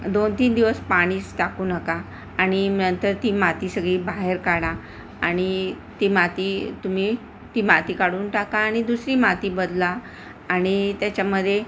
दोन तीन दिवस पाणीच टाकू नका आणि नंतर ती माती सगळी बाहेर काढा आणि ती माती तुम्ही ती माती काढून टाका आणि दुसरी माती बदला आणि त्याच्यामध्ये